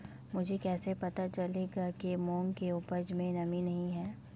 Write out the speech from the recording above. मुझे कैसे पता चलेगा कि मूंग की उपज में नमी नहीं है?